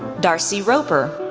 d'arcy roper,